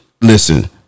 listen